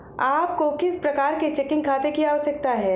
आपको किस प्रकार के चेकिंग खाते की आवश्यकता है?